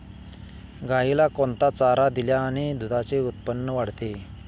गाईला कोणता चारा दिल्याने दुधाचे उत्पन्न वाढते?